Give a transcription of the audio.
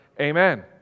Amen